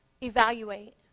evaluate